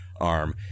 arm